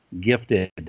gifted